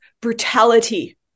brutality